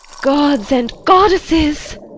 gods and goddesses!